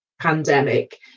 pandemic